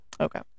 Okay